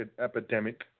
epidemic